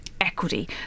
equity